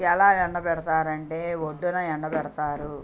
ఎలా ఎండబెడతారు అంటే ఒడ్డున ఎండబెడతారు